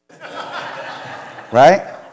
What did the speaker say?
Right